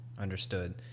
understood